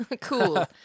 Cool